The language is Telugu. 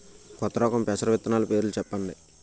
కొత్త రకం పెసర విత్తనాలు పేర్లు చెప్పండి?